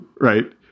Right